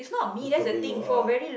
is the way you are